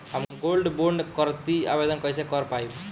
हम gold bond करतिं आवेदन कइसे कर पाइब?